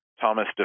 Thomas